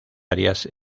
arias